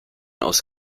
aus